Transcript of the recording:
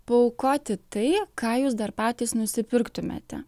paaukoti tai ką jūs dar patys nusipirktumėte